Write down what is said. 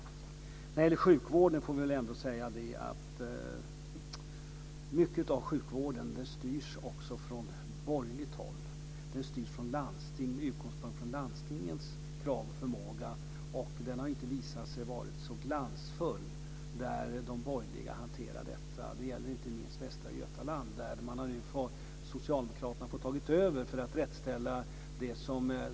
När det gäller sjukvården kan jag säga att mycket också styrs från borgerligt håll. Sjukvården styrs ju från landsting, med utgångspunkt i landstingens krav och förmåga - vilken inte visat sig så glansfull där de borgerliga hanterar detta. Det gäller inte minst Västra Götaland där Socialdemokraterna nu har fått ta över för att ställa till rätta.